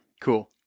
cool